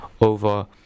over